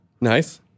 Nice